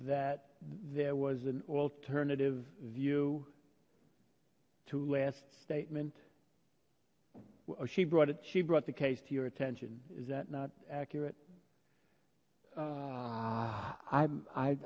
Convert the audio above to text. that there was an alternative view to last statement she brought it she brought the case to your attention is that not accurate ah i'm i